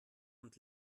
und